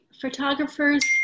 photographers